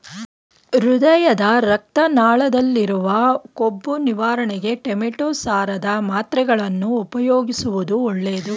ಹೃದಯದ ರಕ್ತ ನಾಳದಲ್ಲಿರುವ ಕೊಬ್ಬು ನಿವಾರಣೆಗೆ ಟೊಮೆಟೋ ಸಾರದ ಮಾತ್ರೆಗಳನ್ನು ಉಪಯೋಗಿಸುವುದು ಒಳ್ಳೆದು